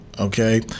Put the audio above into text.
Okay